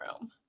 room